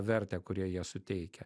vertę kurią jie suteikia